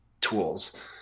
tools